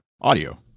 audio